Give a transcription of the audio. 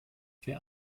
wer